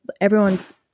everyone's